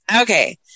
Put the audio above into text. Okay